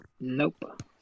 Nope